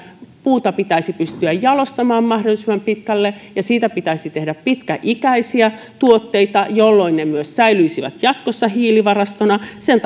puuta pitäisi pystyä jalostamaan mahdollisimman pitkälle ja siitä pitäisi tehdä pitkäikäisiä tuotteita jolloin ne myös säilyisivät hiilivarastona jatkossa sen